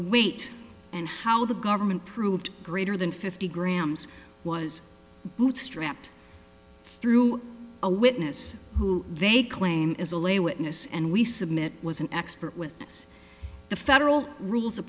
weight and how the government proved greater than fifty grams was bootstrapped through a witness who they claim is a lay witness and we submit was an expert witness the federal rules